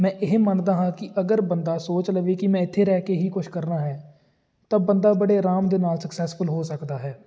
ਮੈਂ ਇਹ ਮੰਨਦਾ ਹਾਂ ਕਿ ਅਗਰ ਬੰਦਾ ਸੋਚ ਲਵੇ ਕਿ ਮੈਂ ਇੱਥੇ ਰਹਿ ਕੇ ਹੀ ਕੁਝ ਕਰਨਾ ਹੈ ਤਾਂ ਬੰਦਾ ਬੜੇ ਅਰਾਮ ਦੇ ਨਾਲ ਸਕਸੈਸਫੁੱਲ ਹੋ ਸਕਦਾ ਹੈ